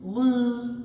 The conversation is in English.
lose